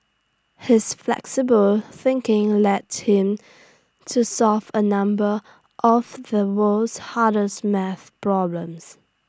his flexible thinking led him to solve A number of the world's hardest math problems